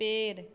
पेड़